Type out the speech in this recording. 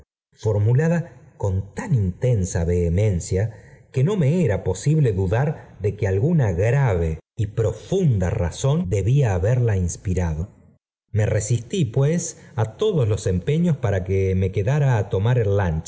fornulada con tan intensa vehemencia que no me era posible dudar de que alguna grave y profunda razón debía haberla inspirado me resistí pues a todos los empeños para que tne quedara á tomar el